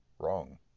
wrong